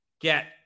get